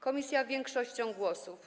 Komisja większością głosów.